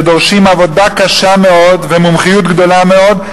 שדורשים עבודה קשה מאוד ומומחיות גדולה מאוד,